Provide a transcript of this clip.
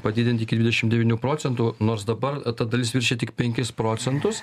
padidint iki dvidešimt devynių procentų nors dabar ta dalis viršija tik penkis procentus